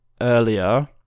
earlier